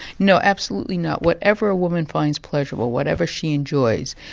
no. absolutely not. whatever a woman finds pleasurable, whatever she enjoys,